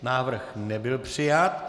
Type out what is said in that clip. Návrh nebyl přijat.